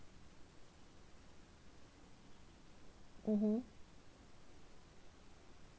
mmhmm